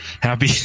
happy